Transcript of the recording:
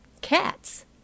Cats